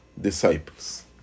disciples